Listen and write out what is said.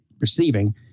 receiving